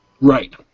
Right